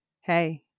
Hey